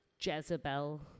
Jezebel